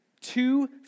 two